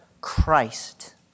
Christ